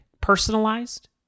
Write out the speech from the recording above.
personalized